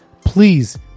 please